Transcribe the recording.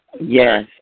Yes